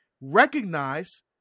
recognize